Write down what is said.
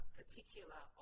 particular